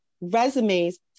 resumes